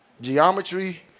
Geometry